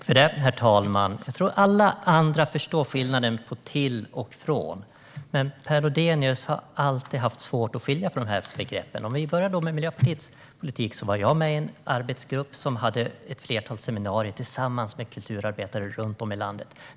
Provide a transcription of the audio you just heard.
Herr talman! Jag tror att alla andra förstår skillnaden på "till" och "från", men Per Lodenius har alltid haft svårt att skilja på dessa begrepp. Låt oss börja med Miljöpartiets politik. Jag var med i en arbetsgrupp som hade ett flertal seminarier med kulturarbetare runt om i landet.